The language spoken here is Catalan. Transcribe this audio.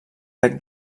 bec